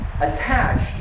Attached